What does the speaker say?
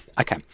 okay